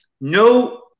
no